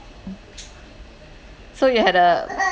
so you had a